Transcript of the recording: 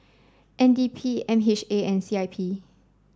N D P M H A and C I P